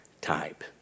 type